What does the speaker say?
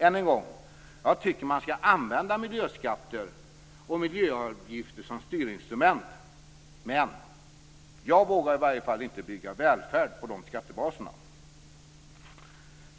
Än en gång: Jag tycker att man skall använda miljöskatter och miljöavgifter som styrinstrument men jag vågar inte bygga välfärd på de skattebaserna. Fru talman!